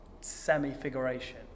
semi-figuration